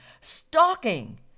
Stalking